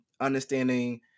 understanding